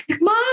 mom